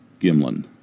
Gimlin